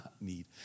need